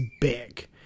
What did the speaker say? big